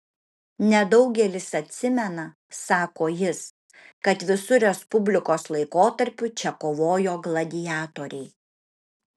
nedaugelis atsimena sako jis kad visu respublikos laikotarpiu čia kovojo gladiatoriai